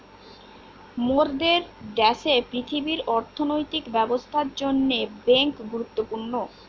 মোরদের দ্যাশের পৃথিবীর অর্থনৈতিক ব্যবস্থার জন্যে বেঙ্ক গুরুত্বপূর্ণ